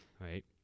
Right